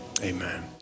Amen